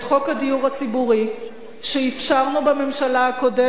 הדיור הציבורי שהפשרנו בממשלה הקודמת,